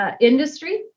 industry